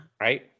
Right